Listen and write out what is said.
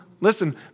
listen